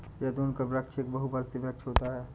जैतून का वृक्ष एक बहुवर्षीय वृक्ष होता है